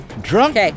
Drunk